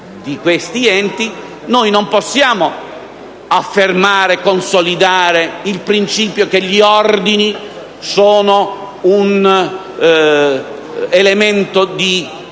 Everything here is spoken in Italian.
di questi enti, noi non possiamo affermare e consolidare il principio per cui gli ordini sono solo un elemento di